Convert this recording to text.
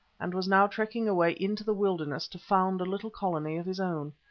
and was now trekking away into the wilderness to found a little colony of his own.